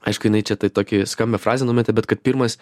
aišku jinai čia tai tokią skambią frazę numetė bet kad pirmas